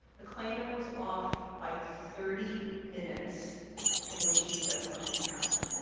the claimant was off by thirty minutes in when she said something happened.